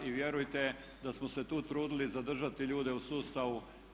I vjerujte da smo se tu trudili zadržati ljude u sustavu.